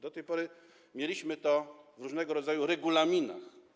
Do tej pory mieliśmy to w różnego rodzaju regulaminach.